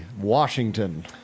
Washington